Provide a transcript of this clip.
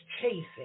chasing